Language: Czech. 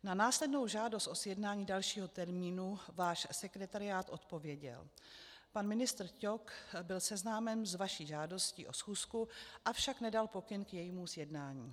Na následnou žádost o sjednání dalšího termínu váš sekretariát odpověděl: Pan ministr Ťok byl seznámen s vaší žádostí o schůzku, avšak nedal pokyn k jejímu sjednání.